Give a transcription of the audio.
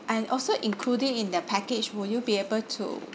and also including in the package will you be able to